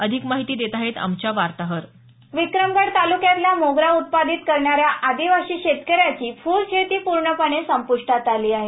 अधिक माहिती देत आहेत आमच्या वार्ताहर विक्रमगड ताल्रक्यातल्या मोगरा उत्पादन करणाऱ्या आदिवासी शेतकऱ्यांची फुल शेती संपूर्णपणे संपूष्टात आली आहे